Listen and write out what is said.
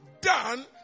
done